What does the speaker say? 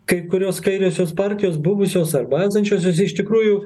kai kurios kairiosios partijos buvusios arba esančiosios iš tikrųjų